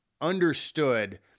understood